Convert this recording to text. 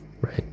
right